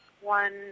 one